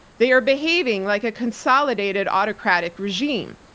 they are behaving like a consolidated autocratic regime.